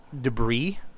debris